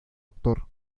actor